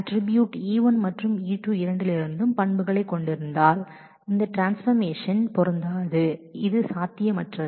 Ɵ என்பது E1 மற்றும் E2 இரண்டின் அட்ட்ரிபூட்களை கொண்டிருந்தால் இந்த ட்ரான்ஸ்பர்மேஷன் பொருந்தாது இந்த மாற்றம் சாத்தியமில்லை